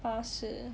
巴士